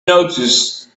noticed